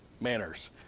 manners